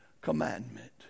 commandment